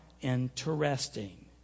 Interesting